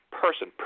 person